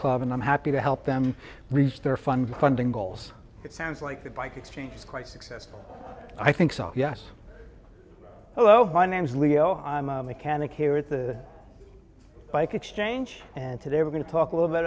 club and i'm happy to help them reach their funding funding goals it sounds like that bike exchange quite successful i think so yes hello my name is leo i'm a mechanic here at the bike exchange and today we're going to talk a little bit